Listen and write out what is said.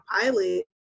pilot